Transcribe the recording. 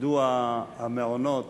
מדוע המעונות